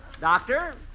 doctor